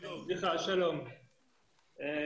השאלה היא לא האם אנחנו עושים